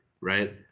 right